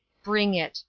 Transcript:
bring it!